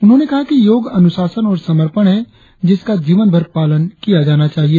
उन्होंने कहा कि योग अनुशासन और समर्पण है जिसका जीवनभर पालन किया जाना चाहिए